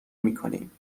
میکنیم